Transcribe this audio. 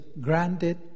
granted